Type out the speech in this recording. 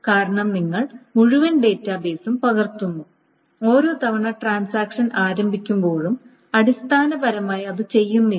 കാരണം നിങ്ങൾ മുഴുവൻ ഡാറ്റാബേസും പകർത്തുന്നു ഓരോ തവണ ട്രാൻസാക്ഷൻ ആരംഭിക്കുമ്പോഴും അടിസ്ഥാനപരമായി അത് ചെയ്യുന്നില്ല